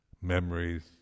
memories